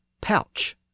pouch